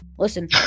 Listen